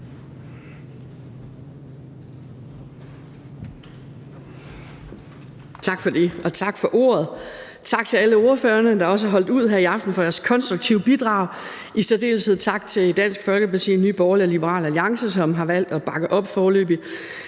Tak for det, og tak for ordet. Tak til alle ordførerne, der har holdt ud her i aften, for deres konstruktive bidrag. I særdeleshed tak til Dansk Folkeparti, Nye Borgerlige og Liberal Alliance, som allerede her i